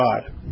God